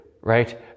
right